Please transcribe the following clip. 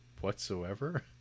whatsoever